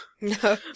No